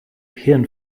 hirn